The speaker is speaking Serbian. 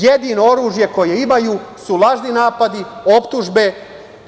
Jedino oružje koje imaju su lažni napadi, optužbe